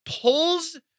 pulls